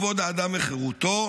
כבוד האדם וחירותו,